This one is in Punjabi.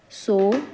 ਸੌ